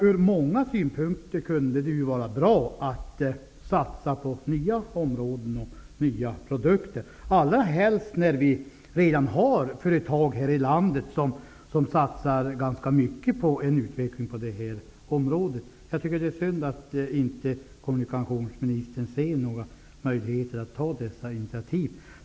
Ur många synpunkter kunde det därför vara bra att satsa på nya områden och nya produkter, allra helst när det redan finns företag här i landet som satsar ganska mycket på en utveckling på det här området. Det är synd att inte kommunikationsministern ser några möjligheter att ta dessa initiativ.